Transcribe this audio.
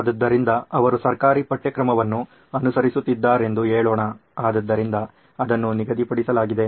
ಆದ್ದರಿಂದ ಅವರು ಸರ್ಕಾರಿ ಪಠ್ಯಕ್ರಮವನ್ನು ಅನುಸರಿಸುತ್ತಿದ್ದಾರೆಂದು ಹೇಳೋಣ ಆದ್ದರಿಂದ ಅದನ್ನು ನಿಗದಿಪಡಿಸಲಾಗಿದೆ